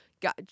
got